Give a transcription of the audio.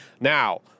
now